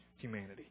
humanity